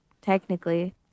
technically